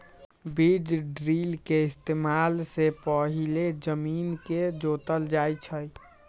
बीज ड्रिल के इस्तेमाल से पहिले जमीन के जोतल जाई छई